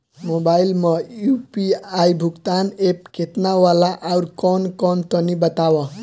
Mobile म UPI भुगतान app केतना होला आउरकौन कौन तनि बतावा?